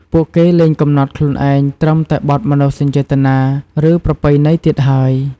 ពួកគេលែងកំណត់ខ្លួនឯងត្រឹមតែបទមនោសញ្ចេតនា ឬប្រពៃណីទៀតហើយ។